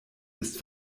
ist